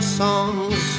songs